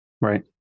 Right